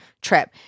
trip